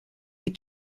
est